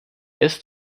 ist